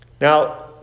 Now